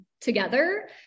together